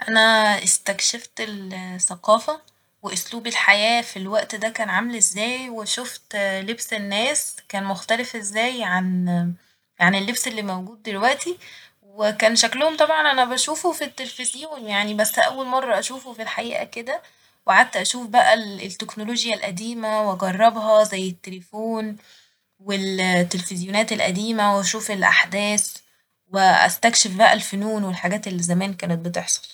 أنا استكشفت الثقافة واسلوب الحياة في الوقت ده كان عامل ازاي وشفت لبس الناس كان مختلف ازاي عن-عن اللبس اللي موجود دلوقتي ، وكان شكلهم طبعا أنا بشوفه في التليفزيون يعني بس أول مرة أشوفه في الحقيقة كده وقعدت أشوف بقى ال-التكنولوجيا القديمة و أجربها زي التليفون والتليفزيونات القديمة وأشوف الأحداث وأستكشف بقى الفنون والحاجات اللي زمان اللي كانت بتحصل.